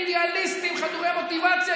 אידיאליסטים וחדורי מוטיבציה,